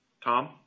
Tom